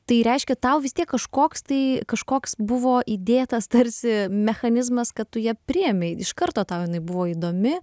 tai reiškia tau vis tiek kažkoks tai kažkoks buvo įdėtas tarsi mechanizmas kad tu ją priėmei iš karto tau jinai buvo įdomi